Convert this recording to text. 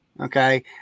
okay